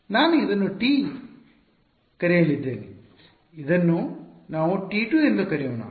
ನಾನು ಇದನ್ನು T ಕರೆಯಲಿದ್ದೇನೆ ಇದನ್ನು ನಾವು T2 ಎಂದು ಕರೆಯೋಣ